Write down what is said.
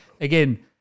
Again